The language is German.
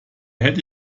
hätte